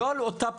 לא על אותה פעולה,